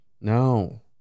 No